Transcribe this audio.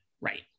Right